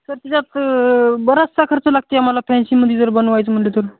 sir तिच्यात बराचसा खर्च लागते आम्हाला फॅन्सीमध्ये जर बनवायचं म्हटलं तर